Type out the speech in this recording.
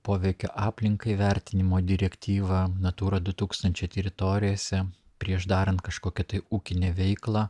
poveikio aplinkai vertinimo direktyvą natūra du tūkstančiai teritorijose prieš darant kažkokią tai ūkinę veiklą